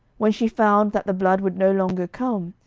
when she found that the blood would no longer come,